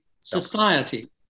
society